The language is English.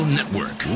Network